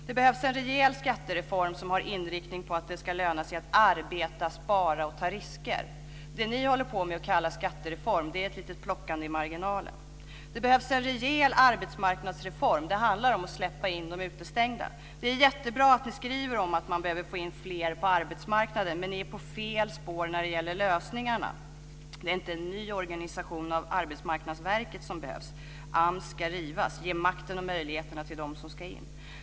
Det behövs en rejäl skattereform med inriktningen att det ska löna sig att arbeta, spara och ta risker. Vad ni håller på med och som ni kallar för skattereform är lite plockande i marginalen. Det behövs en rejäl arbetsmarknadsreform. Det handlar om att släppa in de utestängda. Det är jättebra att ni skriver om att fler behöver fås in på arbetsmarknaden men ni är på fel spår vad gäller lösningarna. Det är inte en ny organisation av Arbetsmarknadsverket som behövs, utan AMS ska rivas. Ge makten och möjligheterna till dem som ska in!